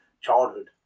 childhood